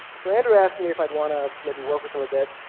so andrew asked me if i'd want to maybe work with him a bit,